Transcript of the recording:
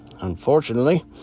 unfortunately